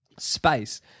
Space